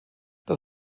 das